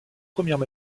premières